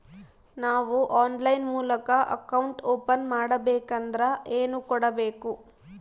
ನಾವು ಆನ್ಲೈನ್ ಮೂಲಕ account open ಮಾಡಬೇಂಕದ್ರ ಏನು ಕೊಡಬೇಕು?